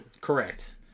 Correct